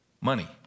money